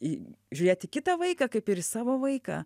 į žiūrėt į kitą vaiką kaip ir į savo vaiką